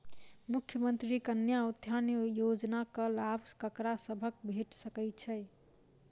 मुख्यमंत्री कन्या उत्थान योजना कऽ लाभ ककरा सभक भेट सकय छई?